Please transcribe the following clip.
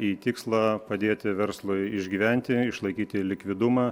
į tikslą padėti verslui išgyventi išlaikyti likvidumą